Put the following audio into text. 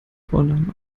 vornamen